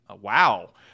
Wow